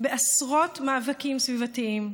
בעשרות מאבקים סביבתיים,